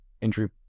injury